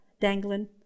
dangling